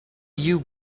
you